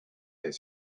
their